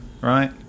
Right